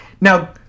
Now